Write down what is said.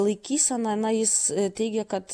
laikysena na jis teigė kad